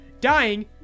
dying